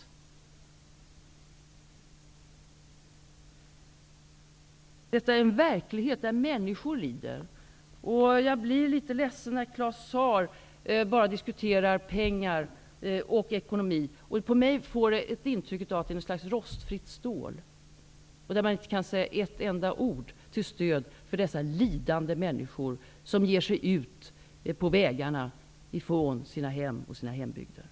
Det handlar här om en verklighet där människor lider, och jag blir litet ledsen när Claus Zaar bara diskuterar ekonomi. Det gör ett intryck av rostfritt stål på mig att man inte kan säga ett enda ord till stöd för dessa lidande, som tvingas ge sig ut på vägarna från sina hem och hembygder.